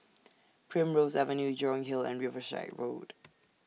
Primrose Avenue Jurong Hill and Riverside Road